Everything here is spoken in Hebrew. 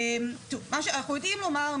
אנחנו יודעים לומר,